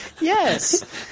Yes